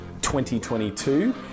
2022